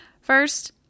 first